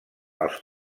els